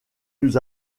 nous